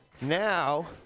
Now